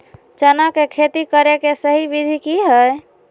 चना के खेती करे के सही विधि की हय?